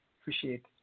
appreciate